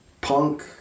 Punk